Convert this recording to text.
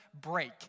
break